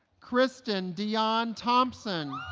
christan dionne thompson